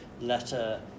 letter